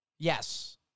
Yes